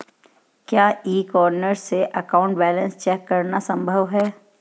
क्या e corner से account balance check करना संभव है?